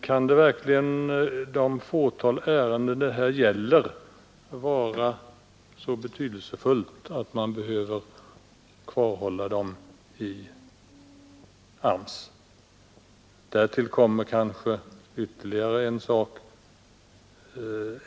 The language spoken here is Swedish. Kan verkligen det fåtal ärenden det här gäller vara så betydelsefulla att man behöver kvarhålla dem i AMS? Därtill kommer ytterligare en sak.